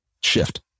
shift